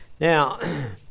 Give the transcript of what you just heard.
Now